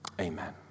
Amen